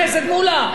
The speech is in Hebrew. היו להם שלוש שנים,